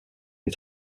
des